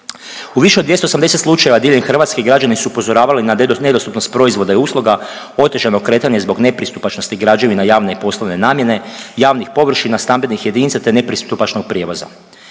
U više od 280 slučajeva diljem Hrvatske, građani su upozoravali na nedostupnost proizvoda i usluga, otežano kretanje zbog nepristupačnosti građevina javne i poslovne namjene, javnih površina, stambenih jedinica te nepristupačnog prijevoza.